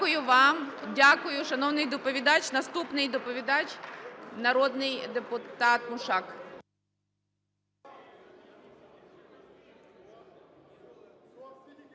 Дякую вам. Дякую, шановний доповідач. Наступний доповідач – народний депутат Мушак.